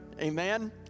Amen